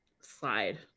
slide